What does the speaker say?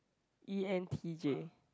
e_n_t_j